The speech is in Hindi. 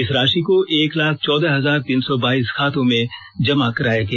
इस राशि को एक लाख चौदह हजार तीन सौ बाईस खातों में जमा कराया गया